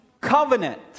covenant